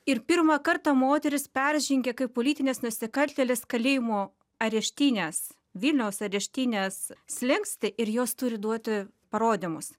ir pirmą kartą moterys peržengė kaip politinės nusikaltėlės kalėjimo areštinės vilniaus areštinės slenkstį ir jos turi duoti parodymus